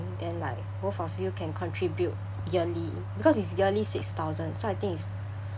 and then like both of you can contribute yearly because it's yearly six thousand so I think it's